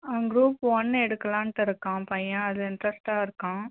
group one எடுக்கலாம்ட்டு இருக்கான் பையன் அதில் இன்ட்ரஸ்ட்டாக இருக்கான்